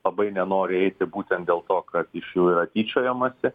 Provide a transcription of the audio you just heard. labai nenori eiti būtent dėl to kad iš jų yra tyčiojamasi